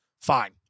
Fine